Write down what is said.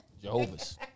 Jehovah's